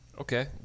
Okay